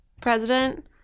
President